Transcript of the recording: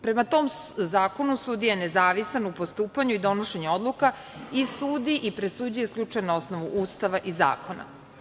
Prema tom zakonu, sudija je nezavisan u postupanju i donošenju odluka i sudi i presuđuje isključivo na osnovu Ustava i zakona.